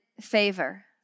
favor